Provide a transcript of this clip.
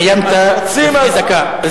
סיימת לפני דקה.